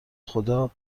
خداعلت